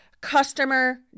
customer